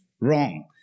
wrong